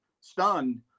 stunned